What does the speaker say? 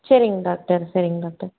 சரிங்க டாக்டர் சரிங்க டாக்டர்